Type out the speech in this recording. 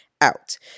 out